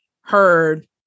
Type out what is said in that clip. heard